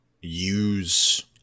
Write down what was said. use